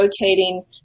rotating